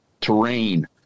terrain